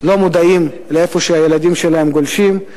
לא מודעים לשאלה איפה הילדים שלהם גולשים.